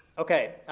okay.